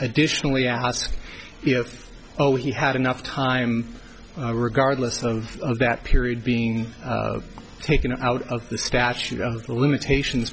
additionally ask if he had enough time regardless of that period being taken out of the statute of limitations